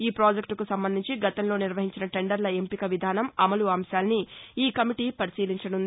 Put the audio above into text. ఈ పాజెక్టుకు సంబంధించి గతంలో నిర్వహించిన టెండర్ల ఎంపిక విధానం అమలు అంశాల్ని ఈ కమిటీ పరిశీలించనుంది